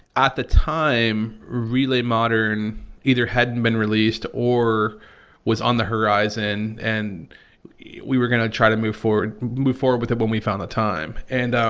at the time relay modern either hadn't been released or was on the horizon and we are going to try to move forward move forward with it when we found the time and